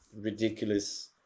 ridiculous